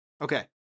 Okay